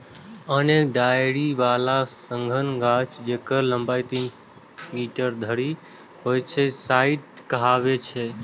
अनेक डारि बला सघन गाछ, जेकर लंबाइ तीन मीटर धरि होइ छै, झाड़ कहाबै छै